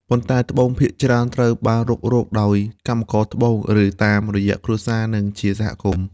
ប៉ុន្តែត្បូងភាគច្រើនត្រូវបានរុករកដោយកម្មករត្បូង ឬតាមរយៈគ្រួសារ និងជាសហគមន៍។